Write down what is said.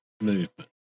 movement